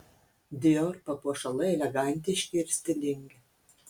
dior papuošalai elegantiški ir stilingi